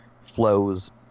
flows